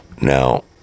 Now